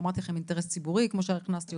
אמרתי לכם אינטרס ציבורי כמו שהכנסתי,